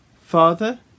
father